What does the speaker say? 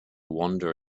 wander